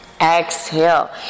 Exhale